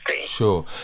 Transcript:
Sure